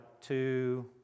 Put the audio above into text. two